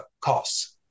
costs